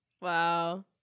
Wow